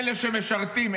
אלה שמשרתים,